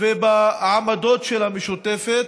ובעמדות של המשותפת,